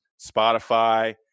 Spotify